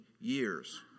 years